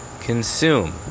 consume